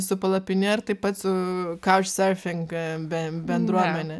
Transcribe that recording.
su palapine ar taip pat su kauč serfing ben bendruomene